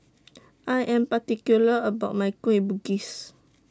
I Am particular about My Kueh Bugis